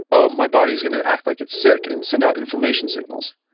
oh, my body's going to act like it's sick and send out inflammation signals.